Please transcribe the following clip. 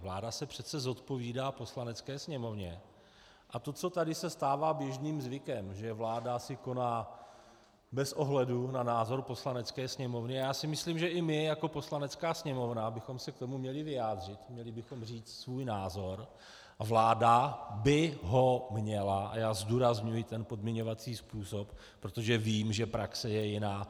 Vláda se přece zodpovídá Poslanecké sněmovně a to, co tady se stává běžným zvykem, že vláda si koná bez ohledu na názor Poslanecké sněmovny, a já si myslím, že i my jako Poslanecká sněmovna bychom se k tomu měli vyjádřit, měli bychom říct svůj názor, a vláda by ho měla a já zdůrazňuji ten podmiňovací způsob, protože vím, že praxe je jiná.